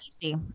easy